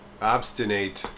Obstinate